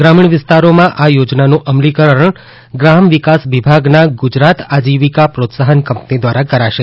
ગ્રામીણ વિસ્તારોમાં આ થોજનાનું અમલીકરણ ગ્રામ વિકાસ વિભાગના ગુજરાત આજીવીકા પ્રોત્સાહન કંપની ધ્વારા કરાશે